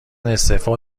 استعفا